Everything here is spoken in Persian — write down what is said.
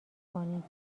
کنیم